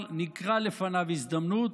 נקרית לפניו הזדמנות,